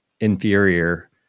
inferior